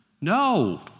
No